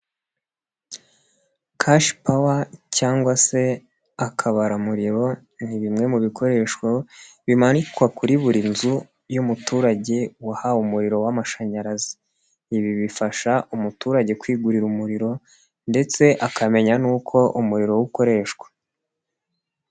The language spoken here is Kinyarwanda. Cash power cyangwa se akabaramuriro, ni bimwe mu bikoresho bimanikwa kuri buri nzu y'umuturage wahawe umuriro w'amashanyarazi. Ibi bifasha umuturage kwigurira umuriro ndetse akamenya n'uko umuriro we ukoreshwa.